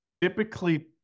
Typically